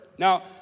Now